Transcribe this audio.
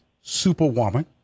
Superwoman